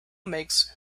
makes